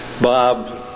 Bob